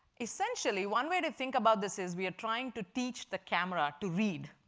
essentially one way to think about this is we are trying to teach the camera to read.